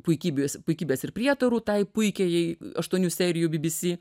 puikybės puikybės ir prietarų tai puikiajai aštuonių serijų bbc